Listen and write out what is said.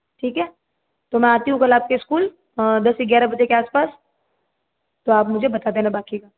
ठीक है तो मैं आती हूँ कल आप के स्कूल दस या ग्यारह बजे के आसपास तो आप मुझे बता देना बाकी का